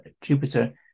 Jupiter